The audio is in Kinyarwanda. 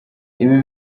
ibi